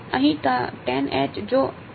અહી tan છે